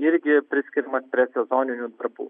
irgi priskiriamas prie sezoninių darbų